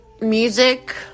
music